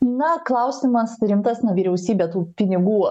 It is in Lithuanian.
na klausimas rimtas na vyriausybė tų pinigų